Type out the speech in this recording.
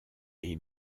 est